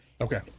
Okay